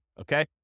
okay